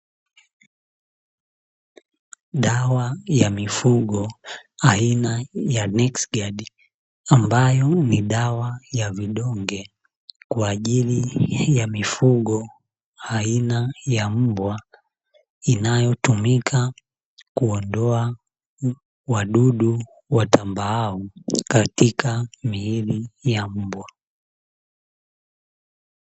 Dawa ya mifugo aina ya "nexgard" ambayo ni dawa ya vidonge kwa ajili ya mifugo aina ya mbwa, inayotumika kuondoa wadudu watambao katika miili ya mbwa.